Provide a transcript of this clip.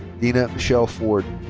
dene michelle ford.